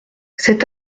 cet